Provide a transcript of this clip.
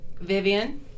Vivian